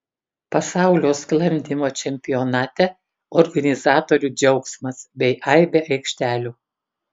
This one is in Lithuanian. pasaulio sklandymo čempionate organizatorių džiaugsmas bei aibė aikštelių